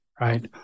Right